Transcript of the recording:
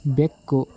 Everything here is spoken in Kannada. ಬೆಕ್ಕು